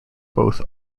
both